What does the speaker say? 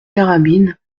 carabines